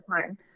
time